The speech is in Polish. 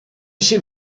się